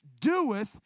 doeth